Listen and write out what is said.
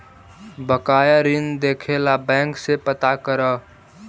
बकाया ऋण देखे ला बैंक से पता करअ